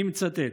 ואני מצטט: